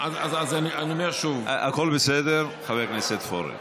אני אומר שוב, הכול בסדר, חבר הכנסת פורר.